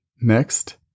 Next